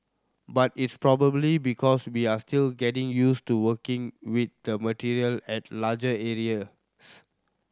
but it's probably because we are still getting used to working with the material at large areas